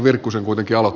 arvoisa puhemies